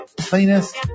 cleanest